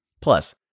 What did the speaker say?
Plus